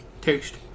taste